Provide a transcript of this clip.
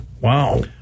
Wow